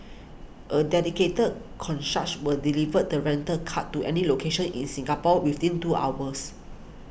a dedicated will deliver the rented car to any location in Singapore within two hours